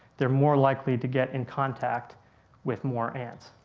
they're more likely to get in contact with more ants.